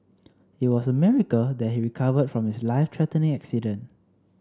it was a miracle that he recovered from his life threatening accident